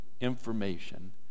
information